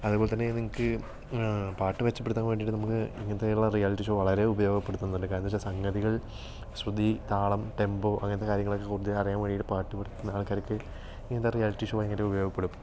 അതുപോലെത്തന്നെ നിങ്ങൾക്ക് പാട്ട് മെച്ചപ്പെടുത്താൻ വേണ്ടിയിട്ട് നമുക്ക് ഇങ്ങനത്തെയുള്ള റിയാലിറ്റി ഷോ വളരെ ഉപയോഗപ്പെടുത്തുന്നുണ്ട് കാരണം എന്നുവെച്ചാൽ സംഗതികൾ ശ്രുതി താളം ടെമ്പോ അങ്ങനത്തെ കാര്യങ്ങളൊക്കെ മുന്നേ അറിയാൻ വേണ്ടിയിട്ട് പാട്ട് നിർത്തുന്ന ആൾക്കാർക്ക് ഇങ്ങനത്തെ റിയാലിറ്റി ഷോ ഭയങ്കര ഉപയോഗപ്പെടുത്തും